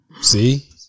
See